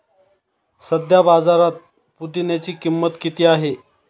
सध्या बाजारात पुदिन्याची किंमत किती आहे?